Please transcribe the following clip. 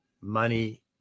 money